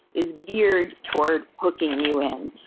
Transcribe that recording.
is geared toward hooking you in?